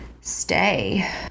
stay